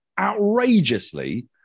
outrageously